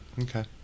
Okay